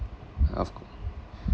health co~